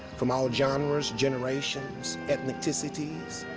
from all genres, generations, ethnicities,